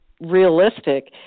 realistic